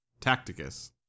Tacticus